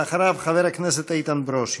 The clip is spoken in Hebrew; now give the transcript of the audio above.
אחריו, חבר הכנסת איתן ברושי.